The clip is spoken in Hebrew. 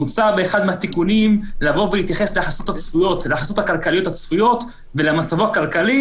מוצע באחד מהתיקונים להתייחס להכנסות הכלכליות הצפויות ולמצבו הכלכלי.